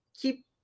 keep